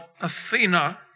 Athena